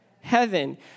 heaven